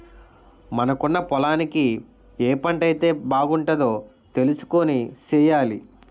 మనకున్న పొలానికి ఏ పంటైతే బాగుంటదో తెలుసుకొని సెయ్యాలి